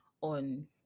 on